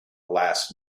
last